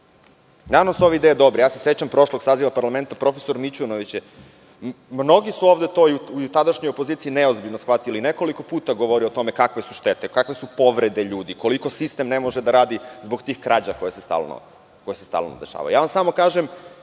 Kakva je tu onda prevencija? Sećam se prošlog saziva parlamenta, profesor Mićunović, mnogi su ovde i u tadašnjoj opoziciji neozbiljno shvatili, nekoliko puta govorio o tome kakve su štete, kakve su povrede ljudi, koliko sistem ne može da radi zbog tih krađa koje se stalno dešavaju. Samo vam kažem,